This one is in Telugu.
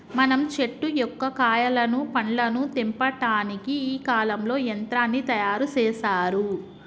మనం చెట్టు యొక్క కాయలను పండ్లను తెంపటానికి ఈ కాలంలో యంత్రాన్ని తయారు సేసారు